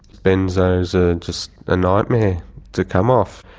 benzos are just a nightmare to come off.